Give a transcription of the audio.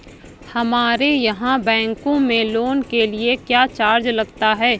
हमारे यहाँ बैंकों में लोन के लिए क्या चार्ज लगता है?